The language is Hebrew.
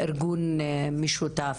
ארגון משותף,